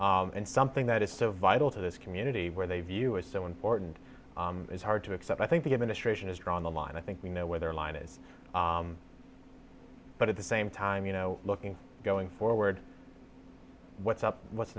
and something that is so vital to this community where they view is so important it's hard to accept i think the administration has drawn the line i think we know where their line is but at the same time you know looking going forward what's up what's